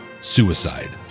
suicide